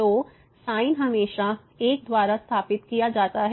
तो sin हमेशा 1 द्वारा स्थापित किया जाता है